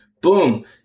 Boom